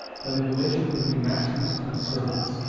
than the relation between masters and servants.